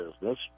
business